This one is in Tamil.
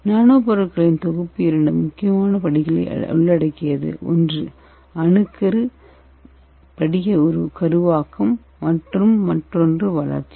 நானோ பொருட்களின் தொகுப்பு இரண்டு முக்கியமான படிகளை உள்ளடக்கியது ஒன்று அணுக்கரு படிக கருவாக்கம் மற்றும் மற்றொன்று வளர்ச்சி